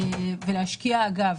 אגב,